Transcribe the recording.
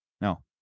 No